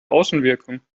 außenwirkung